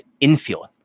infield